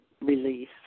release